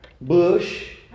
Bush